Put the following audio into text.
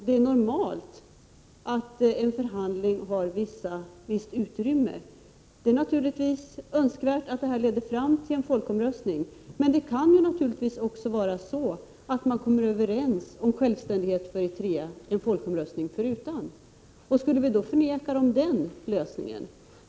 Det är normalt att en förhandling har ett visst utrymme. Det är naturligtvis önskvärt att den leder fram till en folkomröstning, men man kan också komma överens om självständighet för Eritrea en folkomröstning förutan. Skulle vi då avvisa den lösningen?